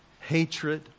hatred